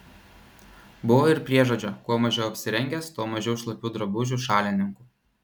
buvo ir priežodžio kuo mažiau apsirengęs tuo mažiau šlapių drabužių šalininkų